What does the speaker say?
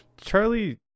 Charlie